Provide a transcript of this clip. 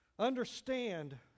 Understand